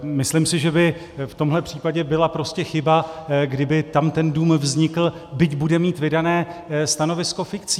Myslím si, že by v tomhle případě byla prostě chyba, kdyby tam ten dům vznikl, byť bude mít vydané stanovisko fikcí.